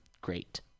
Great